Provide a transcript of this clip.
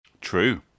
True